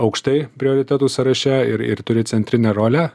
aukštai prioritetų sąraše ir ir turi centrinę rolę